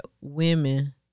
Women